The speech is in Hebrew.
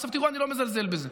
עכשיו, תראו, אני לא מזלזל בזה.